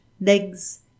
legs